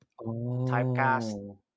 Typecast